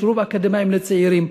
שילוב אקדמאים צעירים,